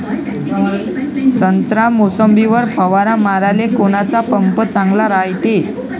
संत्रा, मोसंबीवर फवारा माराले कोनचा पंप चांगला रायते?